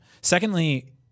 Secondly